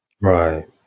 Right